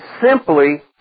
simply